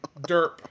Derp